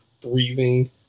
breathing